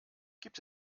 gibt